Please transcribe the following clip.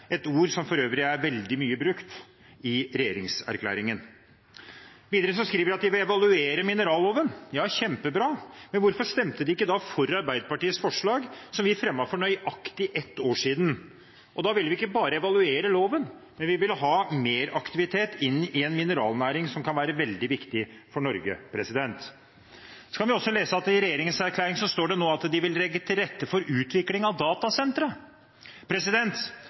et ord som er veldig mye brukt i regjeringserklæringen. Videre skriver de at de vil «evaluere mineralloven». Ja, kjempebra! Men hvorfor stemte de ikke da for Arbeiderpartiets forslag, som vi fremmet for nøyaktig ett år siden? Da ville vi ikke bare evaluere loven, men vi ville ha mer aktivitet inn i en mineralnæring som kan være veldig viktig for Norge. Vi kan også lese at det i regjeringserklæringen nå står at de vil legge til rette for utvikling av